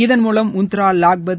இதன்மூலம் முந்த்ரா லாக்பத்